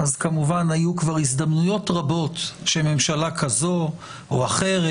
כמובן, היו כבר הזדמנויות רבות שממשלה כזו או אחרת